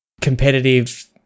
Competitive